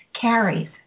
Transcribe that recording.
carries